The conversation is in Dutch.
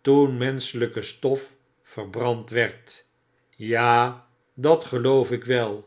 toen menschelpe stof verbrand werd ja dat geloof ik well